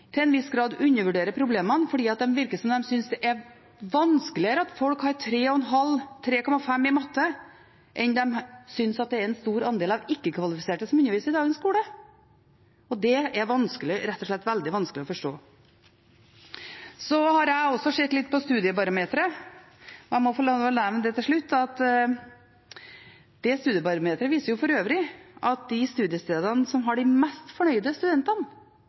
til en viss grad undervurderer problemene, for det virker som om de synes det er vanskeligere at folk har 3 i matte, enn at det er en stor andel ikke-kvalifiserte som underviser i dagens skole. Det er vanskelig, rett og slett veldig vanskelig, å forstå. Jeg har også sett litt på Studiebarometeret, og jeg må få lov til å nevne til slutt at Studiebarometeret viser at de studiestedene som har de mest fornøyde studentene,